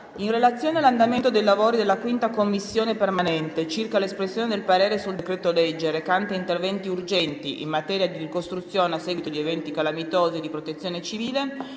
In relazione all'andamento dei lavori della 5a Commissione permanente circa l'espressione del parere sul decreto-legge recante «Interventi urgenti in materia di ricostruzione a seguito di eventi calamitosi e di protezione civile»,